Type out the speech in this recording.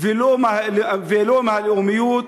ולא מהלאומיות.